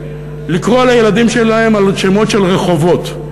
לקרוא לילדים שלהם על שמות של רחובות.